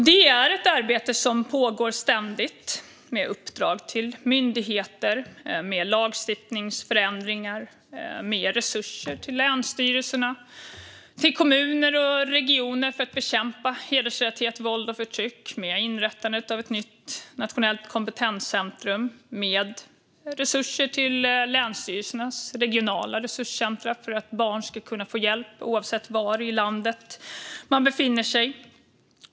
Det är ett ständigt pågående arbete med uppdrag till myndigheter, med lagstiftningsförändringar, med resurser till länsstyrelserna, kommuner och regioner för att bekämpa hedersrelaterat våld och förtryck, med inrättandet av ett nytt nationellt kompetenscentrum och med resurser till länsstyrelsernas regionala resurscentrum för att barn ska kunna få hjälp oavsett var i landet de befinner sig.